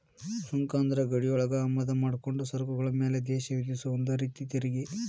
ಸುಂಕ ಅಂದ್ರ ಗಡಿಯೊಳಗ ಆಮದ ಮಾಡ್ಕೊಂಡ ಸರಕುಗಳ ಮ್ಯಾಲೆ ದೇಶ ವಿಧಿಸೊ ಒಂದ ರೇತಿ ತೆರಿಗಿ